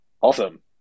Awesome